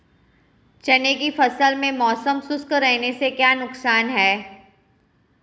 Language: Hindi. चने की फसल में मौसम शुष्क रहने से क्या नुकसान है?